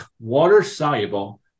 water-soluble